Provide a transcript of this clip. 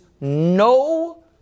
no